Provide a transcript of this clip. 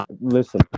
Listen